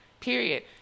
Period